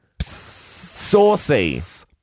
saucy